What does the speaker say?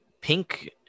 Pink